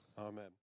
Amen